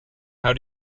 how